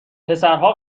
پسرها